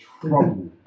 trouble